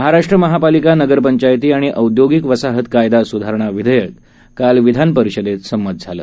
महाराष्ट्र महापालिका नगरपंचायती आणि औद्योगिक वसाहत कायदा सुधारणा विधेयक काल विधान परिषदेत संमत झालं